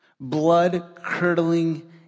blood-curdling